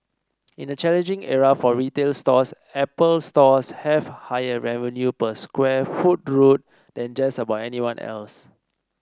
in a challenging era for retail stores Apple Stores have higher revenue per square foot rule than just about anyone else